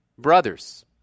Brothers